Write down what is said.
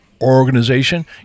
organization